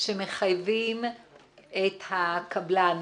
שמחייבים את הקבלן,